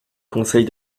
conseil